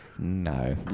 No